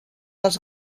als